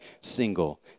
single